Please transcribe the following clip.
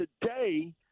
today